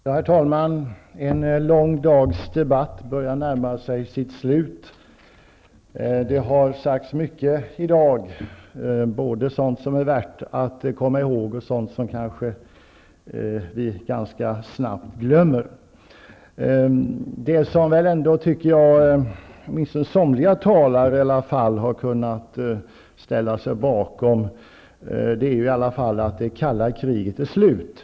Herr talman! En lång dags debatt börjar närma sig sitt slut. Det har sagts mycket i dag, både sådant som är värt att komma ihåg och sådant som vi kanske ganska snabbt glömmer. Det som somliga talare ändå har kunnat ställa sig bakom är att det kalla kriget är slut.